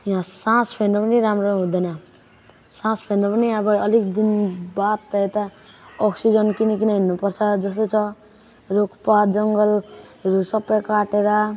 यहाँ सास फेर्नु पनि राम्रो हुँदैन सास फेर्नु पनि अब अलिक दिन बाद त यता अक्सिजन किनीकन हिँड्नु पर्छ जस्तो छ रुखपात जङ्गलहरू सब काटेर